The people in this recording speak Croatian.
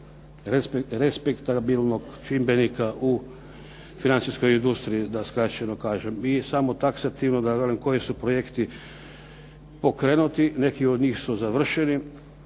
respektabilnog čimbenika u financijskoj industriji da skraćeno kažem. I samo taksativno da velim koji su projekti pokrenuti. Neki od njih su završeni,